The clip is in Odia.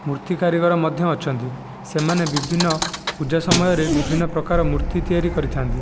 ମୂର୍ତ୍ତି କାରିଗର ମଧ୍ୟ ଅଛନ୍ତି ସେମାନେ ବିଭିନ୍ନ ପୂଜା ସମୟରେ ବିଭିନ୍ନ ପ୍ରକାର ମୂର୍ତ୍ତି ତିଆରି କରିଥାନ୍ତି